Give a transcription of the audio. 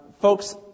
Folks